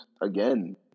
again